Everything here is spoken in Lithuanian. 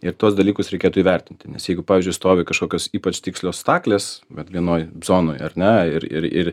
ir tuos dalykus reikėtų įvertinti nes jeigu pavyzdžiui stovi kažkokios ypač tikslios staklės vat vienoj zonoj ar ne ir ir ir